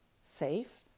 safe